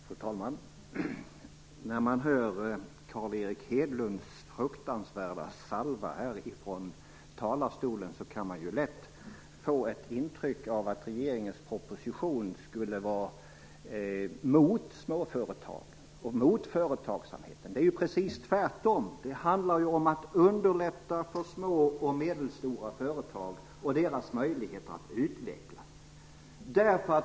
Fru talman! När man hör Carl Erik Hedlunds fruktansvärda salva från kammarens talarstol kan man lätt få intrycket att regeringens proposition skulle vara mot småföretagen och företagsamheten. Det är ju precis tvärtom! Det handlar om att underlätta för små och medelstora företag och att främja deras möjligheter att utvecklas.